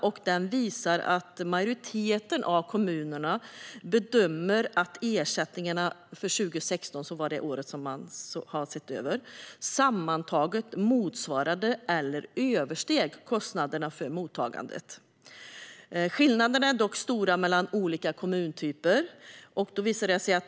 Svaren visar att majoriteten av kommunerna bedömer att ersättningarna för 2016, året som man alltså har sett över, sammantaget motsvarade eller översteg kostnaderna för mottagandet. Skillnaderna är dock stora mellan olika kommuntyper.